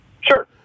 Sure